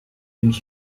and